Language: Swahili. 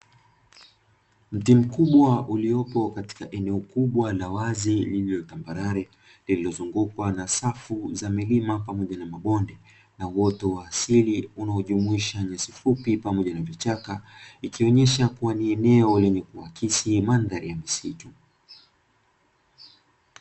Mti mkubwa uliopo katika eneo kubwa la wazi lililo tambarare, lililozungukwa na safu za milima pamoja na mabonde na uoto wa asili unaojumuisha nyasi fupi pamoja na vichaka, ikionyesha kuwa ni eneo lenye kuakisi mandhari ya misitu.